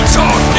talk